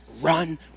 run